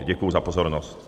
Děkuji za pozornost.